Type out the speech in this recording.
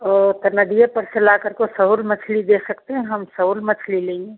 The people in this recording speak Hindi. ओ तो नदिए पर से लाकर के ओ सहूल मछली दे सकते हैं हम सहूल मछली लेंगे